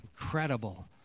incredible